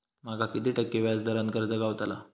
माका किती टक्के व्याज दरान कर्ज गावतला?